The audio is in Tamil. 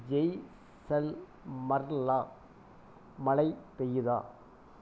ஜெய்சல்மர்லா மழை பெய்யுதா